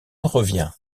revient